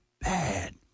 bad